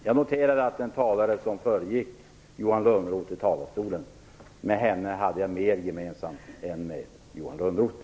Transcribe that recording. Jag noterade att jag hade mer gemensamt med den talare som föregick Johan Lönnroth i talarstolen än med Johan Lönnroth.